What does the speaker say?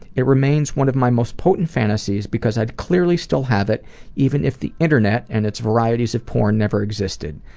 it remains one of my most potent fantasies because i clearly still have it even if the internet and its varieties of porn never existed.